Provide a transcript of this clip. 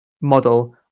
model